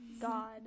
God